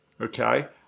okay